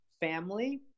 family